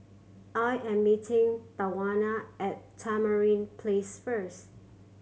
I am meeting Tawanna at Tamarind Place first